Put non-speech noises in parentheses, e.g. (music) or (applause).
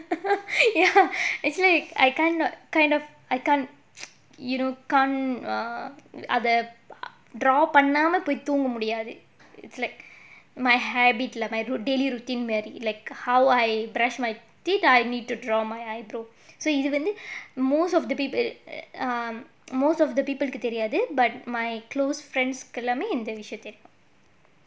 (laughs) ya actually I cannot kind of I can't (noise) you know can't err ah the draw இருக்கேன் அத:irukkaen adha it's like my habit lah my daily routine married like how I brush my teeth I need to draw my eyebrow so இது வந்து:idhu vandhu most of the people um most of the people தெரியாது:theriyaathu but my close friends தெரியும்:theriyum